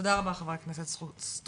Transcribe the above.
תודה רבה חה"כ סטרוק.